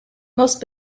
most